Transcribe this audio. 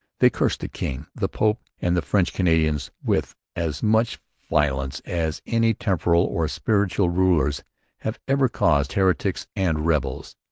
they cursed the king, the pope, and the french canadians with as much violence as any temporal or spiritual rulers had ever cursed heretics and rebels.